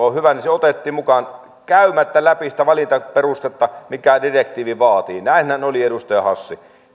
on hyvä niin se otettiin mukaan käymättä läpi sitä valintaperustetta minkä direktiivi vaatii näinhän oli edustaja hassi